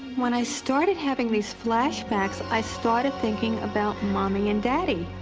when i started having these flashbacks, i started thinking about mommy and daddy.